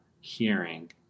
hearing